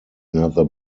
another